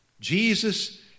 Jesus